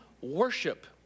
worship